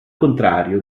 contrario